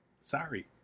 sorry